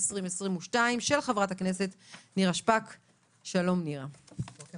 השעה היא 10:12. אנחנו דנים הבוקר